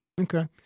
Okay